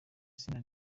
zina